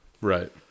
Right